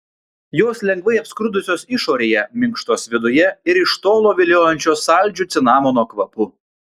jos lengvai apskrudusios išorėje minkštos viduje ir iš tolo viliojančios saldžiu cinamono kvapu